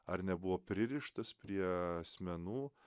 ar nebuvo pririštas prie asmenų